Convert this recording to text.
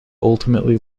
ultimately